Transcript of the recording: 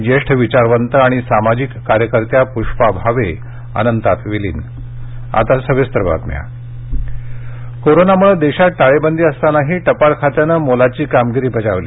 ज्येष्ठ विचारवंत आणि सामाजिक कार्यकर्त्या पूष्पा भावे अनंतात विलीन टपाल खाते पुरर्कार कोरोनामुळे देशात टाळेबंदी असतानाही टपाल खात्यानं मोलाची कामगिरी बजावली